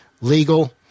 legal